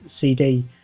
CD